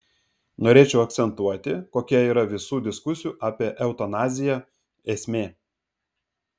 norėčiau akcentuoti kokia yra visų diskusijų apie eutanaziją esmė